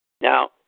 Now